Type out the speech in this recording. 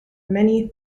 many